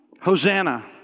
Hosanna